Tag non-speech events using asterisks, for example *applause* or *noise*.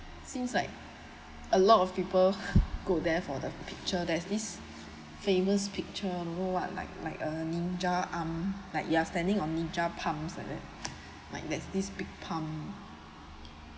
seems like a lot of people go there for the picture there's this famous picture I don't know what like like a ninja arm like you are standing on ninja palms like that *noise* like there's this big palm ah